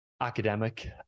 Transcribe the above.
academic